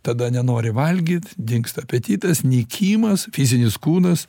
tada nenori valgyt dingsta apetitas nykimas fizinis kūnas